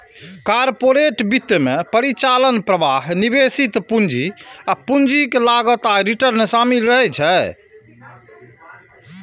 corporate वित्त मे परिचालन प्रवाह, निवेशित पूंजी, पूंजीक लागत आ रिटर्न शामिल रहै छै